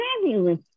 fabulous